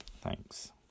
Thanks